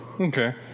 Okay